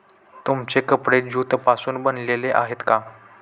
तुमचे कपडे ज्यूट पासून बनलेले आहेत का?